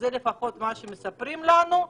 זה לפחות מה שמספרים לנו.